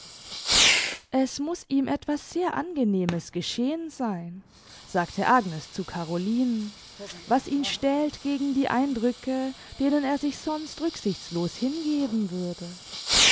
es muß ihm etwas sehr angenehmes geschehen sein sagte agnes zu carolinen was ihn stählt gegen die eindrücke denen er sich sonst rücksichtslos hingeben würde